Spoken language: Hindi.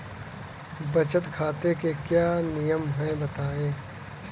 बचत खाते के क्या नियम हैं बताएँ?